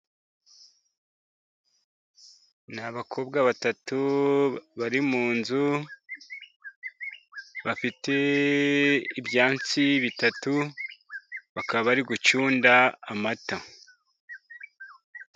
Ni abakobwa batatu bari mu nzu. Bafite ibyansi bitatu bakaba bari gucunda amata.